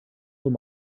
them